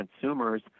consumers